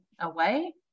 away